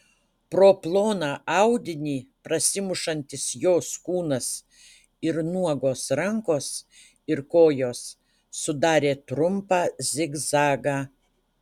pro ploną audinį prasimušantis jos kūnas ir nuogos rankos ir kojos sudarė trumpą zigzagą